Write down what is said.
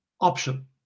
option